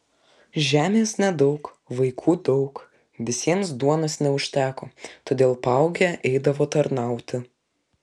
žemės nedaug vaikų daug visiems duonos neužteko todėl paaugę eidavo tarnauti